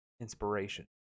inspiration